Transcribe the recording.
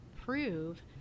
prove